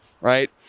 Right